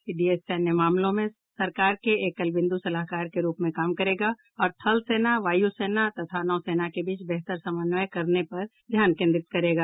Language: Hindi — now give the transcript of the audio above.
सीडीएस सैन्य मामलों में सरकार के एकल बिंदु सलाहकर के रूप में काम करेगा और थलसेना वायुसेना तथा नौसेना के बीच बेहतर समन्वय करने पर ध्यान केन्द्रित करेगा